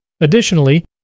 Additionally